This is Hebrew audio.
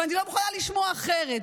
ואני לא מוכנה לשמוע אחרת.